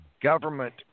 government